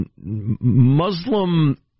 Muslim